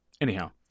anyhow